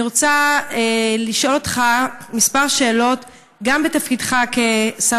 אני רוצה לשאול אותך כמה שאלות גם בתפקידך כשר